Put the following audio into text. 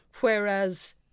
whereas